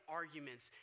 arguments